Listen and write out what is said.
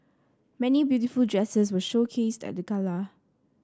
many beautiful dresses were showcased at the gala